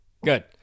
Good